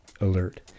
alert